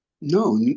No